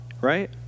right